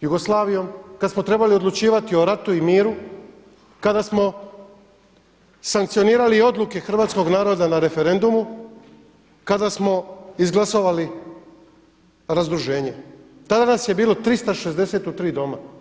Jugoslavijom, kad smo trebali odlučivati o ratu i miru, kada smo sankcionirali i odluke hrvatskog naroda na referendumu, kada smo izglasovali razdruženje tada nas je bilo 360 u 3 doma.